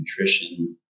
nutrition